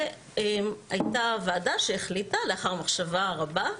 הייתה ועדה שהחליטה, לאחר מחשבה רבה,